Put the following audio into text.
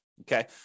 Okay